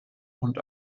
und